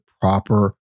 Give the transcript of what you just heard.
proper